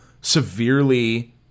severely